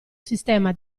sistema